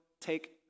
take